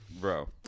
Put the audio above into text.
Bro